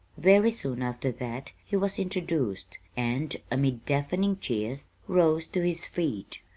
very soon after that he was introduced, and, amid deafening cheers, rose to his feet.